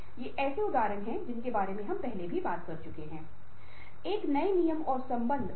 और यह उनकी भावनात्मक प्रतिक्रियाओं के अनुसार लोगों को समाजने यह मानने का कौशल है